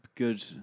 good